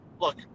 look